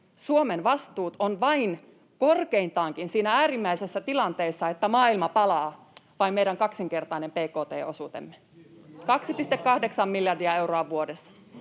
Suomen vastuut ovat korkeintaankin, siinä äärimmäisessä tilanteessa, että maailma palaa, vain meidän kaksinkertainen bkt-osuutemme, 2,8 miljardia euroa vuodessa.